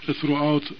Throughout